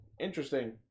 Interesting